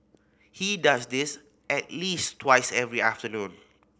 he does this at least twice every afternoon